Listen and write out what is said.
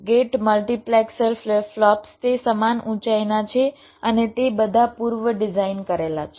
gate multiplexer flip flops તે સમાન ઊંચાઈના છે અને તે બધા પૂર્વ ડિઝાઈન કરેલા છે